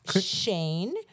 Shane